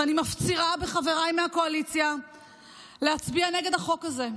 ואני מפצירה בחבריי מהקואליציה להצביע נגד החוק הזה.